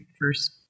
first